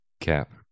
Cap